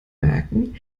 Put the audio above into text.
merken